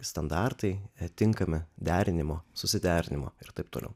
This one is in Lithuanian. standartai tinkami derinimo susiderinimo ir taip toliau